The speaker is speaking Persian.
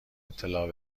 اطلاع